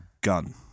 Gun